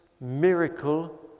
miracle